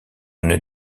une